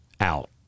out